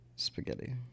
Spaghetti